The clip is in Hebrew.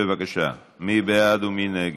בבקשה, מי בעד ומי נגד?